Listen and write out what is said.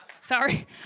Sorry